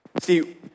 See